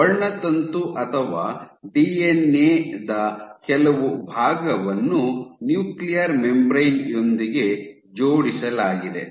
ಆದ್ದರಿಂದ ವರ್ಣತಂತು ಅಥವಾ ಡಿಎನ್ಎ ದ ಕೆಲವು ಭಾಗವನ್ನು ನ್ಯೂಕ್ಲಿಯರ್ ಮೆಂಬರೇನ್ ಯೊಂದಿಗೆ ಜೋಡಿಸಲಾಗಿದೆ